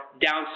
downside